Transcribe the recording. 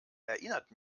erinnert